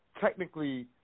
technically